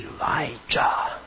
Elijah